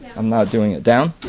i'm not doing it. down,